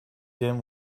them